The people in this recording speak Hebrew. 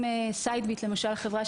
סביב השולחן 360,